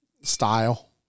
Style